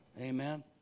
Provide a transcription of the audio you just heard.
Amen